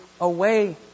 away